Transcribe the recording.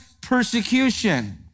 persecution